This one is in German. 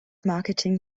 marketing